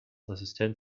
assistent